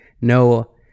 no